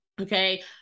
okay